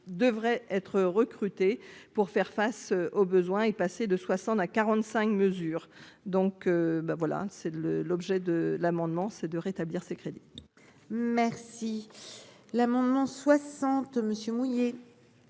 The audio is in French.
devraient être recrutés pour faire face aux besoins est passé de 60 à 45 mesures donc ben voilà c'est le l'objet de l'amendement, c'est de rétablir ces crédits. Merci l'amendement soixante